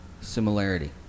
similarity